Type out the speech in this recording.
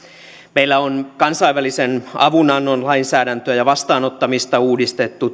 meillä on kansainvälisen avunannon lainsäädäntöä ja vastaanottamista uudistettu